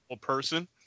person